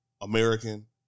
American